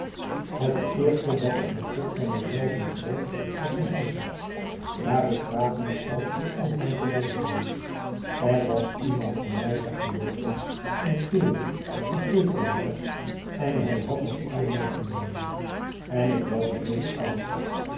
het eerste dat ik begrip van mij zelven kreeg was in essex waar ik rapen stal om van te leven er was iemand van mij weggeloopen een kerel een ketellapper en hij had het vuur meegenomen en ik was doodkoud